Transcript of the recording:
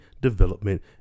development